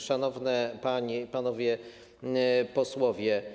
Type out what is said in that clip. Szanowne Panie i Panowie Posłowie!